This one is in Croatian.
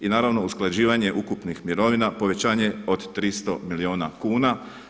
I naravno usklađivanje ukupnih mirovina, povećanje od 300 milijuna kuna.